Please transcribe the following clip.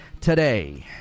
today